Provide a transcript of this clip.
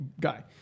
guy